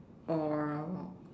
or